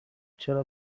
چرا